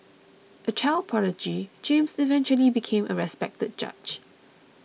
a child prodigy James eventually became a respected judge